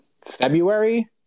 February